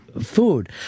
food